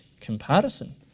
comparison